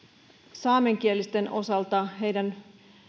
saamenkielisten osalta heidän